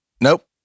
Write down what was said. Nope